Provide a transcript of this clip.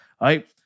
right